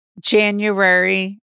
January